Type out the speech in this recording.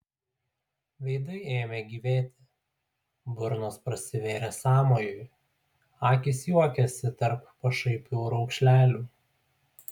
veidai ėmė gyvėti burnos prasivėrė sąmojui akys juokėsi tarp pašaipių raukšlelių